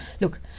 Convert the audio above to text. Look